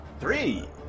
three